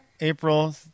April